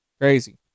crazy